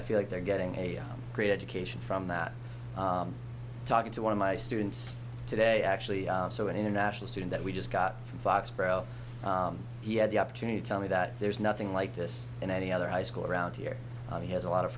i feel like they're getting a great education from that talking to one of my students today actually so an international student that we just got from foxborough he had the opportunity to tell me that there's nothing like this in any other high school around here he has a lot of